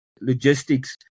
logistics